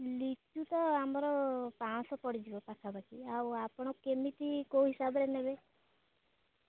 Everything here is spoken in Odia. ଲିଚୁ ତ ଆମର ପାଞ୍ଚଶହ ପଡ଼ିଯିବ ପାଖାପାଖି ଆଉ ଆପଣ କେମିତି କେଉଁ ହିସାବରେ ନେବେ